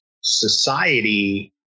society